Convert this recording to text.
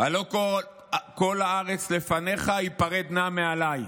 "הלא כל הארץ לפניך הפרד נא מעלי"